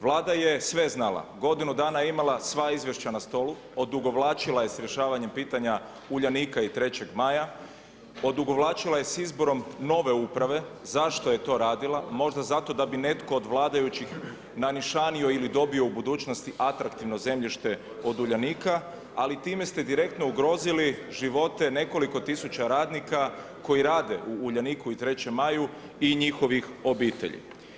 Vlada je sve znala, godinu dana je imala sva izvješća na stolu, odugovlačila je s rješavanjem pitanja Uljanika i 3. maja, odugovlačila je s izborom nove uprave, zašto je to radila, možda zato da bi netko od vladajućih nanišanio ili dobio u budućnosti atraktivno zemljište od Uljanika, ali time ste direktno ugrozili živote nekoliko tisuća radnika koji rade u Uljaniku i 3. maju i njihovih obitelji.